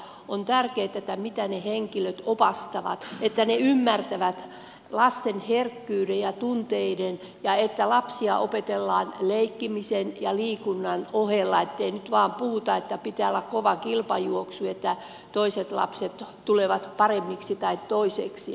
on tärkeätä mitä ne henkilöt opastavat että he ymmärtävät lasten herkkyyden ja tunteet ja että lapsia opetetaan leikkimisen ja liikunnan ohella ettei nyt vain puhuta että pitää olla kova kilpajuoksu että toiset lapset tulevat paremmiksi tai toisiksi